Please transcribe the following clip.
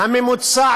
הממוצע